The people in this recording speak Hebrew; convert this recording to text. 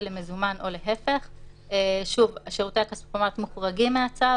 למזומן או להיפך,"; שוב שירותי הכספומט מוחרגים מהצו.